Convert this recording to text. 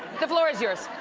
the floor is yours.